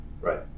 right